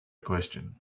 question